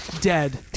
dead